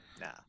nah